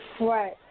Right